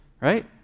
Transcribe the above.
right